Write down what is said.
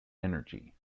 energy